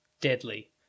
deadly